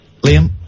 Liam